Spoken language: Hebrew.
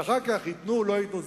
ואחר כך ייתנו, לא ייתנו.